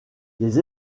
des